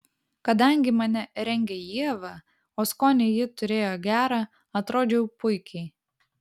kadangi mane rengė ieva o skonį ji turėjo gerą atrodžiau puikiai